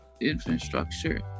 infrastructure